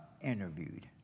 interviewed